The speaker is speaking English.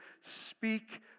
speak